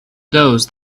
those